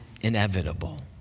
inevitable